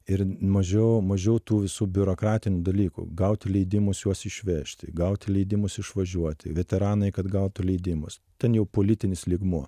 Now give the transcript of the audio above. ir mažiau mažiau tų visų biurokratinių dalykų gauti leidimus juos išvežti gauti leidimus išvažiuoti veteranai kad gautų leidimus ten jau politinis lygmuo